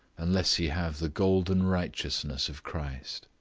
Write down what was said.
unless he have the golden righteousness of christ.